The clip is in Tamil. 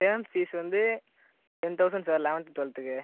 டேர்ம் ஃபீஸ் வந்து டென் தௌசண்ட் சார் லெவன்த்து டுவெல்த்துக்கு